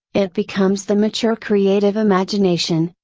it becomes the mature creative imagination,